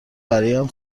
برایم